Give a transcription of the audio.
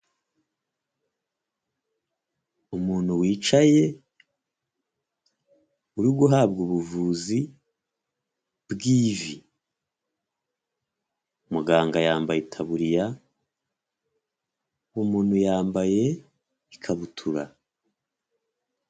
Umuntu wicaye, uri guhabwa ubuvuzi bw'ivi, muganga yambaye itaburiya, umuntu yambaye ikabutura.